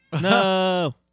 No